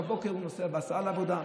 בבוקר הוא נוסע בהסעה לעבודה,